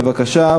בבקשה,